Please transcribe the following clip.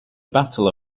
battle